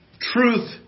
Truth